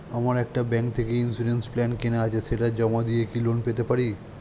আমার একটি ব্যাংক থেকে ইন্সুরেন্স প্ল্যান কেনা আছে সেটা জমা দিয়ে কি লোন পেতে পারি?